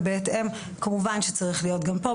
ובהתאם כמובן שצריך להיות גם פה,